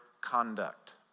conduct